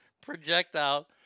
projectile